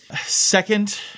Second